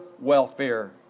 welfare